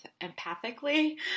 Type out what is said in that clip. empathically